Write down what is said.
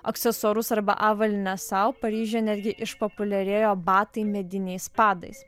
aksesuarus arba avalynę sau paryžiuje netgi išpopuliarėjo batai mediniais padais